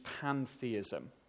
pantheism